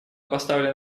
поставлен